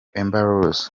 rose